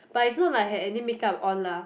but it's not like I had any makeup on lah